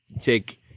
take